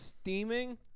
steaming